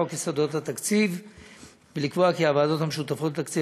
חוק יסודות התקציב ולקבוע כי הוועדה המשותפת לתקציב